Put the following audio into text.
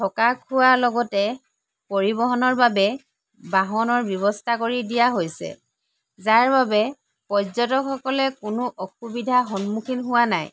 থকা খোৱাৰ লগতে পৰিবহণৰ বাবে বাহনৰ ব্যৱস্থা কৰি দিয়া হৈছে যাৰ বাবে পৰ্য্যটকসকলে কোনো অসুবিধাৰ সন্মুখীন হোৱা নাই